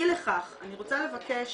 אי לכך אני רוצה לבקש